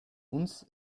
uns